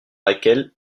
laquelle